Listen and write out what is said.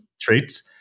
traits